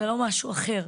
זה לא משהו אחר,